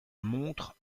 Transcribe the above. montrent